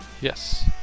Yes